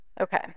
Okay